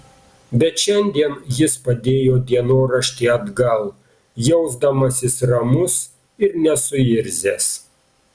bet šiandien jis padėjo dienoraštį atgal jausdamasis ramus ir nesuirzęs